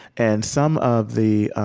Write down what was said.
and some of the